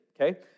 okay